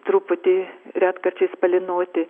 truputį retkarčiais palynoti